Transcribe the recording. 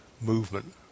movement